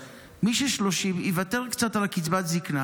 אבל מי שיש לו 30,000 יוותר קצת על קצבת הזקנה,